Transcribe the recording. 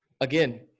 again